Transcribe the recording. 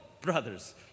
brothers